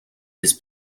his